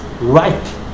right